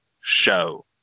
show